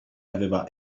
aveva